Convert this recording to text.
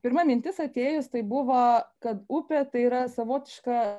pirma mintis atėjus tai buvo kad upė tai yra savotiška